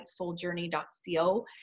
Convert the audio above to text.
souljourney.co